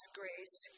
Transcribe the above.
grace